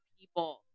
people